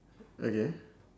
okay